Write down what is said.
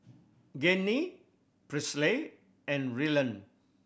Gianni Presley and Ryland